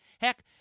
Heck